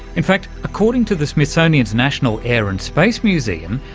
in fact, according to the smithsonian's national air and space museum,